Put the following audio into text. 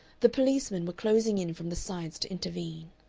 the policemen were closing in from the sides to intervene.